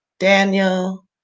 Daniel